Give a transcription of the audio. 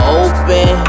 open